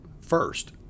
First